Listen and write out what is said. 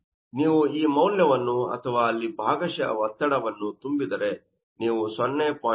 ನೀವು ಈ ಮೌಲ್ಯವನ್ನು ಅಥವಾ ಅಲ್ಲಿ ಭಾಗಶಃ ಒತ್ತಡ ಅನ್ನು ತುಂಬಿದರೆ ನೀವು 0